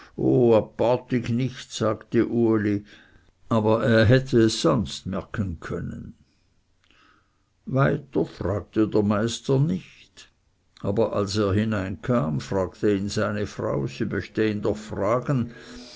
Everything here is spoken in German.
apartig nicht sagte uli aber er hätte es sonst merken können weiter fragte der meister nicht aber als er hineinkam fragte ihn seine frau sie möchte ihn doch fragen